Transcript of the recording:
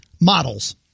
models